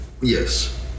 Yes